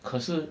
可是